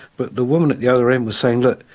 but the woman at the other end was saying, look,